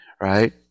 right